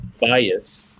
bias